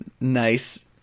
nice